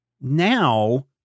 Now